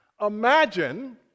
imagine